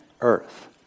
Earth